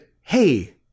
hey